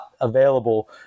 available